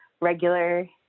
regular